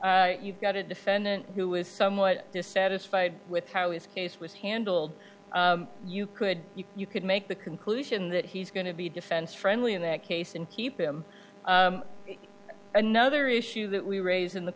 you've got a defendant who is somewhat dissatisfied with how his case was handled you could you could make the conclusion that he's going to be defense friendly in that case and keep him another issue that we raise in the